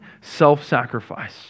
self-sacrifice